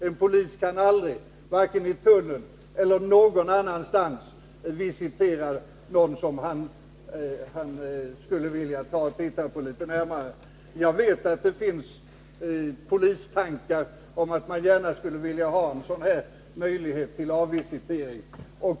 En polis kan aldrig, varken i tullen eller någon annanstans, visitera någon som han skulle vilja titta litet närmare på. Jag vet att det finns tankar om att polisen borde ha en sådan möjlighet till visitering.